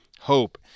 hope